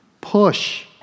push